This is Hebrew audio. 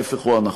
ההפך הוא הנכון.